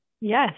yes